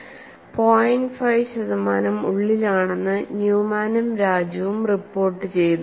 5 ശതമാനം ഉള്ളിലാണെന്ന് ന്യൂമാനും രാജുവും റിപ്പോർട്ടുചെയ്തു